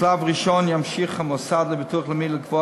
בשלב הראשון ימשיך המוסד לביטוח לאומי לקבוע